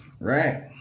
Right